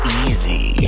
easy